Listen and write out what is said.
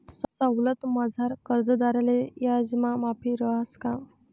सवलतमझार कर्जदारले याजमा माफी रहास का?